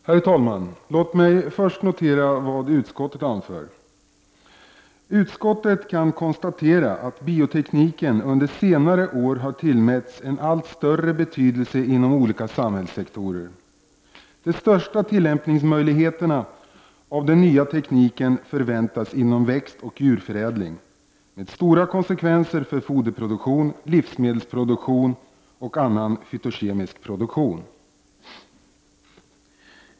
Herr talman! Låt mig först notera vad utskottet anför: ”Utskottet kan konstatera att biotekniken under senare år har tillmätts en allt större betydelse inom olika samhällssektorer. De största tillämpningsmöjligheterna av den nya tekniken förväntas inom växtoch djurförädling, med stora konsekvenser för foderproduktion, livsmedelsproduktion och annan fytokemisk produktion.